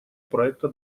проекта